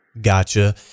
Gotcha